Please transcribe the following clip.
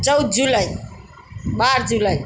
ચૌદ જુલાઇ બાર જુલાઇ